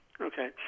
Okay